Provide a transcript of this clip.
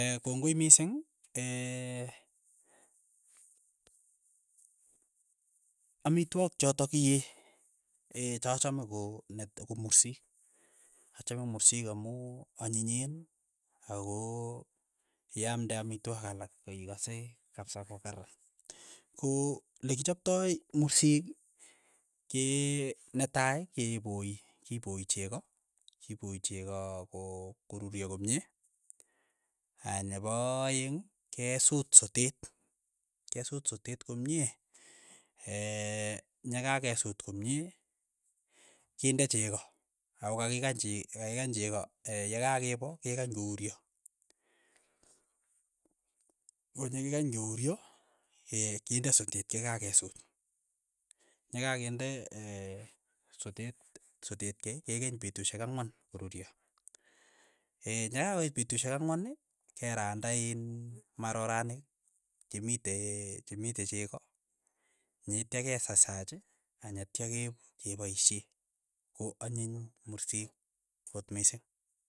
kongoi mising, amitwogik chotok ki ee. chachame koo net ko mursik, ahame mursik amu anyinyen ako yaamde amitwogik alak ikase kapsa ko karan, ko lekichoptoi mursik ke netai kepoi kipoi cheko, kipoi cheko ko koruryo komie, aya nepo aeng' kesuut soteet, ke suut soteet komie nyakakesuut komie kinde cheko, akokakikany chek kakikany cheko yakakepo kekany kouryo, ko nakikany kouryo, kinde sotet kai kakesut, n'yakakinde sotet sotet kei kekeny petushek ang'wan koruryo, nyakakoit petushek angwan, keranda iin maroranik chemite chemite cheko nyeita kesaisach anyetia kep kepaishe, ko anyiny mursik akot mising.